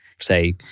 Say